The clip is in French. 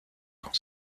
quand